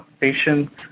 patients